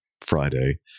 Friday